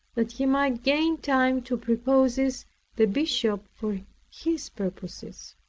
that he might gain time to prepossess the bishop for his purposes.